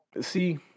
See